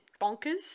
bonkers